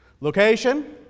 Location